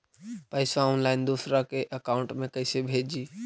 पैसा ऑनलाइन दूसरा के अकाउंट में कैसे भेजी?